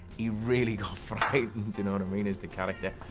he really got frightened, you know what i mean as the character.